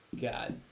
God